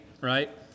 right